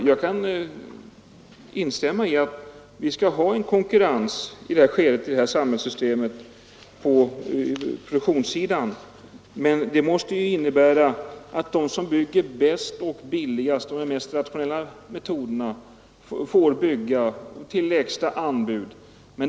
Jag kan instämma i att det i det här samhällssystemet skall finnas en konkurrens på produktionssidan, men det måste innebära att de som bygger bäst och billigast och använder de mest rationella metoderna får bygga till lägsta anbud.